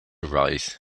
arise